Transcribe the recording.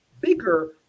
bigger